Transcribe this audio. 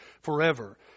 forever